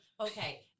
okay